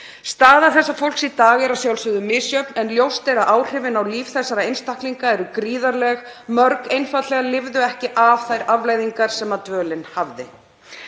Staða þessa fólks í dag er að sjálfsögðu misjöfn en ljóst er að áhrifin á líf þessara einstaklinga eru gríðarleg, mörg einfaldlega lifðu ekki af þær afleiðingar sem dvölin hafði.